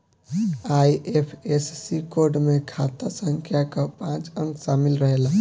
IFSC code में खाता संख्या कअ पांच अंक शामिल रहेला